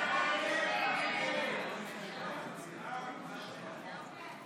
הצעת סיעות יהדות